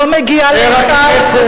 חבר הכנסת,